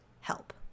help